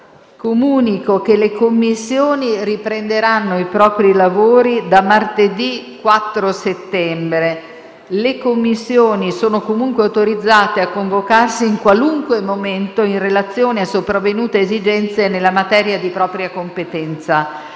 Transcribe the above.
comunico che le Commissioni riprenderanno i propri lavori da martedì 4 settembre. Le Commissioni sono comunque autorizzate a convocarsi in qualunque momento in relazione a sopravvenute esigenze nelle materie di propria competenza.